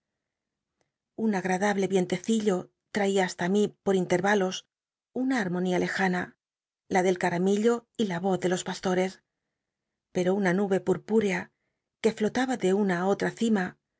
un agr biblioteca nacional de españa david copperfield tervalos un a armonía lejana la del caram illo y la y oz de los pastores pero una nube purpúrea que flotaba de una á otra cima